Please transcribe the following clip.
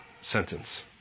sentence